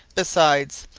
besides,